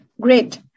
Great